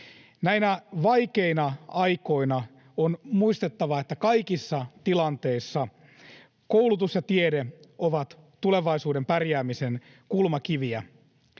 Näinä vaikeina aikoina on muistettava, että kaikissa tilanteissa koulutus ja tiede ovat tulevaisuuden pärjäämisen kulmakiviä.